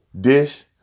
dish